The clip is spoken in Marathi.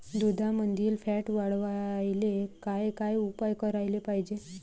दुधामंदील फॅट वाढवायले काय काय उपाय करायले पाहिजे?